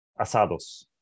Asados